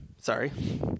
Sorry